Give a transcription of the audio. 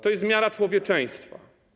To jest miara człowieczeństwa.